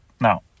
Now